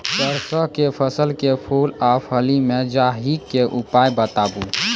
सरसों के फसल के फूल आ फली मे लाहीक के उपाय बताऊ?